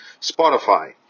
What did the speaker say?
Spotify